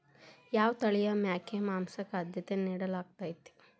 ಯಾವ ತಳಿಯ ಮೇಕೆ ಮಾಂಸಕ್ಕ, ಆದ್ಯತೆ ನೇಡಲಾಗತೈತ್ರಿ?